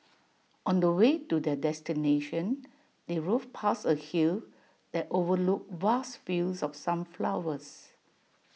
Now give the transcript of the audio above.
on the way to their destination they drove past A hill that overlooked vast fields of sunflowers